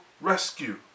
rescue